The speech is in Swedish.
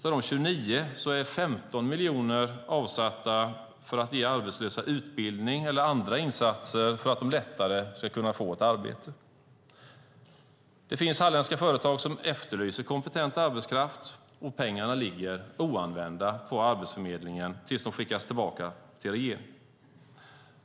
Av dessa 29 miljoner är 15 miljoner avsatta för att ge arbetslösa utbildning eller andra insatser för att de lättare ska kunna få ett arbete. Det finns halländska företag som efterlyser kompetent arbetskraft, och pengarna ligger oanvända på Arbetsförmedlingen tills de skickas tillbaka till regeringen.